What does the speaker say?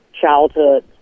childhood